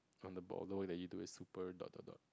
on the ball the way that you do is super dot dot dot